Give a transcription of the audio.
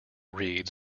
reeds